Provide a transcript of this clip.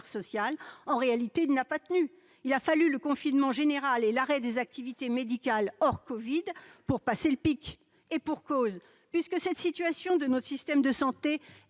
sociales, en réalité, il n'a pas tenu ! Il a fallu le confinement général et l'arrêt des activités médicales hors Covid-19 pour passer le pic ! Et pour cause, puisque cette situation de notre système de santé est